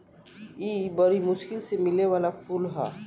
इ बरी मुश्किल से मिले वाला फूल ह